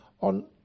on